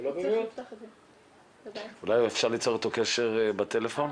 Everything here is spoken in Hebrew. ולא לדעת שהוא בבידוד בגלל נקודות כאלה ואחרות.